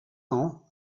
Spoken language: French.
cents